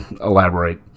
elaborate